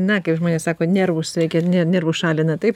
na kaip žmonės sako nervus reikia ne nervus šalina taip